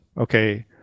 okay